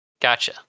Gotcha